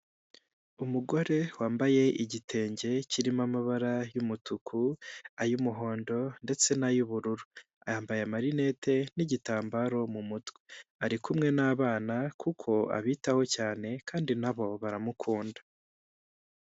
Umugore wambaye igitenge kirimo amabara y'umutuku, ay'umuhondo ndetse n'ay'ubururu. Yambaye amarinete n'igitambaro mu mutwe. Ari kumwe n'abana kuko abitaho cyane kandi na bo baramukunda.